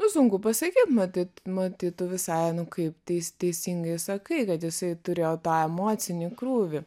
nu sunku pasakyt matyt matyt tu visai nu kaip teisin teisingai sakai kad jisai turėjo tą emocinį krūvį